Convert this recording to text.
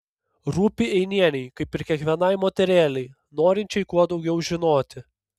rūpi einienei kaip ir kiekvienai moterėlei norinčiai kuo daugiau žinoti